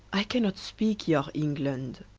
i cannot speake your england